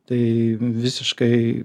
tai visiškai